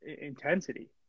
intensity